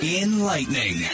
enlightening